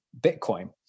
Bitcoin